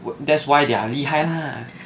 that's why they're 厉害 lah